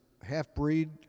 half-breed